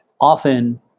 often